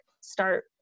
start